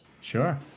Sure